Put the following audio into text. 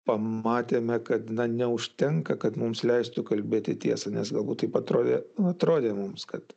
pamatėme kad neužtenka kad mums leistų kalbėti tiesą nes galbūt taip atrodė atrodė mums kad